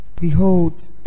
behold